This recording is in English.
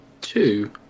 two